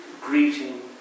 greeting